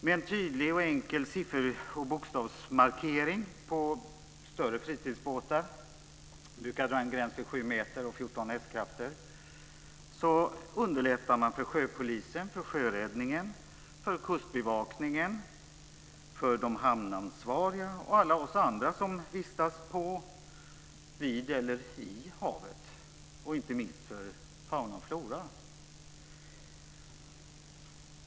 Med en tydlig och enkel siffer och bokstavsmarkering på större fritidsbåtar - man brukar dra en gräns vid sju meter och 14 hästkrafter - underlättar man för sjöpolisen, för sjöräddningen, för kustbevakningen, för de hamnansvariga och för alla oss andra som vistas på, vid eller i havet. Det gäller inte minst också fauna och flora.